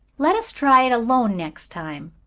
let us try it alone next time.